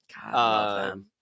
God